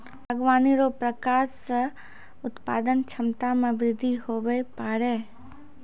बागवानी रो प्रकार से उत्पादन क्षमता मे बृद्धि हुवै पाड़ै